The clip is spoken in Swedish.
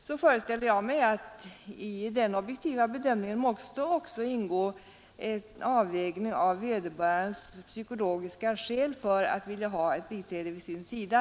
Jag föreställer mig då att i denna objektiva bedömning måste ingå en avvägning av vederbörandes psykologiska skäl för att vilja ha ett biträde vid sin sida.